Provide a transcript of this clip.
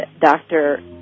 Dr